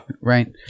right